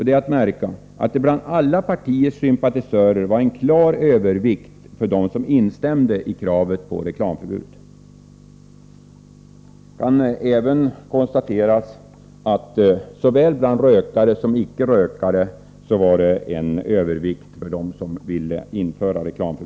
Det är att märka att det bland alla partiers sympatisörer var en klar övervikt som instämde i kravet på reklamförbud. Det kan även konstateras att det såväl bland rökare som bland icke-rökare var en övervikt för dem som ville införa reklamförbud.